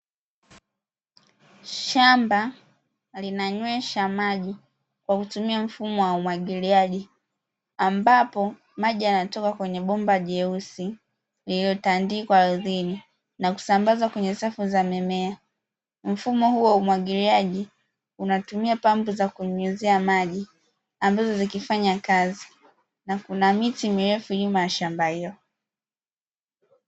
Shamba linanywesha maji kwa kutumia mfumo wa umwagiliaji ambapo maji yanatoka kwenye bomba jeusi lililotandikwa ardhini, na kusambazwa kwenye safu za mimea mfumo huo wa umwagiliaji unatumia pampu za kunyunyizia maji, ambazo zikifanya kazi na kuna miti mirefu nyuma ya shamba hilo.